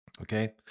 Okay